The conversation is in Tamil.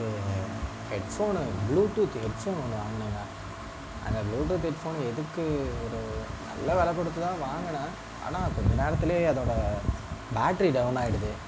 ஒரு headphone bluetooth headphone ஒன்று வாங்குனங்க அந்த ப்ளூ டூத் ஹெட் ஃபோனு எதுக்கு ஒரு நல்ல வில கொடுத்துதான் வாங்குனன் ஆனால் அது கொஞ்ச நேரத்துல அதோட பேட்டரி டவுன் ஆயிடுது